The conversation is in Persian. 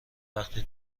وقتی